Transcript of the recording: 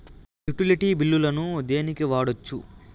Utility బిల్లులను దేనికి వాడొచ్చు?